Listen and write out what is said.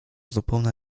zupełne